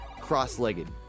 cross-legged